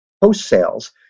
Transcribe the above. post-sales